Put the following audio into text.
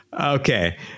Okay